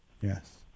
yes